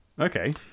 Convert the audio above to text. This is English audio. Okay